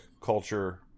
culture